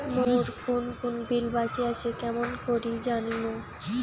মোর কুন কুন বিল বাকি আসে কেমন করি জানিম?